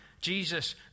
Jesus